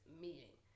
meeting